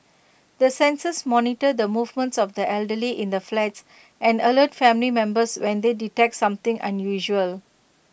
the sensors monitor the movements of the elderly in the flats and alert family members when they detect something unusual